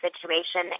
situation